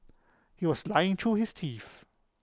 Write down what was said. he was lying through his teeth